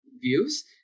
views